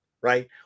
right